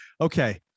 Okay